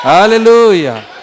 Hallelujah